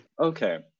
okay